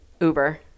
Uber